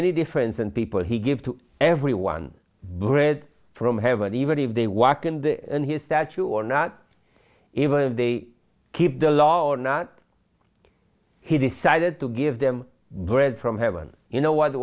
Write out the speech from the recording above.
any difference and people he give to every one bread from heaven even if they walk in the in his statue or not even if they keep the law or not he decided to give them bread from heaven you know wh